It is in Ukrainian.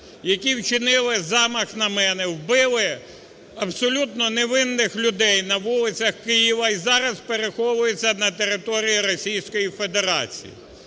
які вчинили замах на мене, вбили абсолютно невинних людей на вулицях Києва і зараз переховуються на території Російської Федерації.